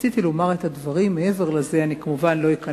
רציתי לומר את הדברים, ומעבר לזה לא אכנס,